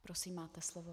Prosím, máte slovo.